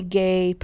gay